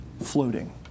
floating